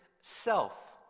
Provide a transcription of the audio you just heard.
self